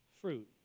fruit